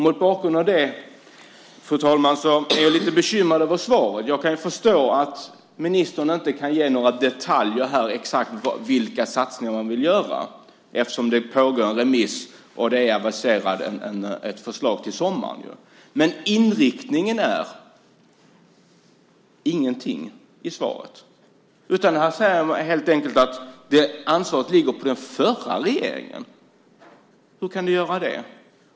Mot bakgrund av det, fru talman, är jag lite bekymrad över svaret. Jag kan förstå att ministern inte kan ge några detaljer här om exakt vilka satsningar man vill göra. Det pågår ju en remissingång, och ett förslag är aviserat till sommaren. Men inriktningen i svaret är ingenting. Ministern säger helt enkelt att ansvaret ligger på den förra regeringen. Hur kan det göra det?